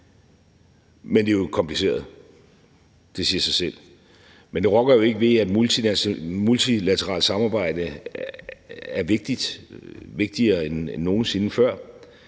Men det er jo kompliceret, det siger sig selv. Men det rokker ikke ved, at multilateralt samarbejde er vigtigt og vigtigere end nogen sinde før